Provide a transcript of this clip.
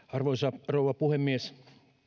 arvoisa rouva puhemies